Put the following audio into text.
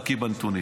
אתה בקי בנתונים,